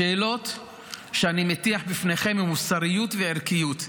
השאלות שאני מטיח בפניכם הן מוסריות וערכיות.